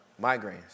migraines